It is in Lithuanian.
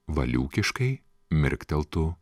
valiūkiškai mirkteltų